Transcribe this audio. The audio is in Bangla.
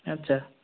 আচ্ছা